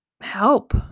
help